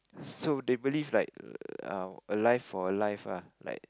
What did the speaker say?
so they believe like err a life for a life ah like